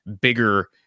bigger